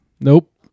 Nope